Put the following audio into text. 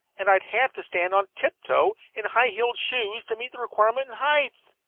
and i'd have to stand on tiptoe in high-heel shoes to meet the requirement in height.